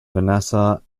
vanessa